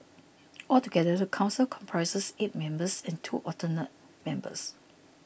altogether the council comprises eight members and two alternate members